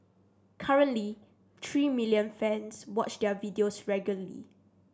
currently three million fans watch their videos regularly